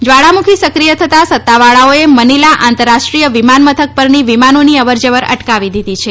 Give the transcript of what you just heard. જ્વાળામુખી સક્રિય થતા સત્તાવાળાઓએ મનીલા આંતરરાષ્ટ્રીય વિમાન મથક પરની વિમાનોની અવરજવર અટકાવી દીધી છે